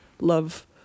love